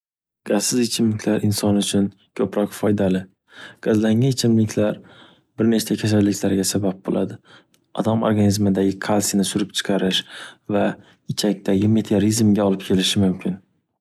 Gazsiz ichimliklar inson uchun ko’proq foydali. Gazlangan ichimliklar bir nechta kasalliklarga sabab bo’ladi. Odam organizmidagi kalsiyni surib chiqarish va ichakdagi meteorizmga olib kelishi mumkin.